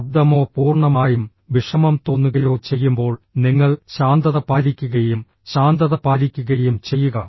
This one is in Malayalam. ശബ്ദമോ പൂർണ്ണമായും വിഷമം തോന്നുകയോ ചെയ്യുമ്പോൾ നിങ്ങൾ ശാന്തത പാലിക്കുകയും ശാന്തത പാലിക്കുകയും ചെയ്യുക